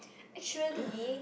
actually